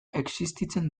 existitzen